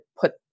put